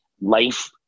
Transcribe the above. life